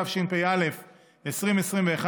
התשפ"א 2021,